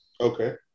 Okay